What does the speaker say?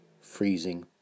freezing